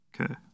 Okay